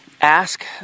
Ask